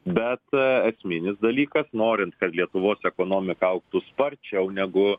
bet esminis dalykas norint kad lietuvos ekonomika augtų sparčiau negu